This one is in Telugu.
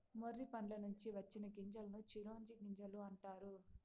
మొర్రి పండ్ల నుంచి వచ్చిన గింజలను చిరోంజి గింజలు అంటారు